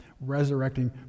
resurrecting